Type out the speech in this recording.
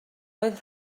oedd